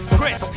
Chris